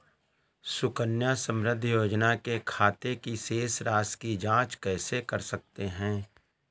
सुकन्या समृद्धि योजना के खाते की शेष राशि की जाँच कैसे कर सकते हैं?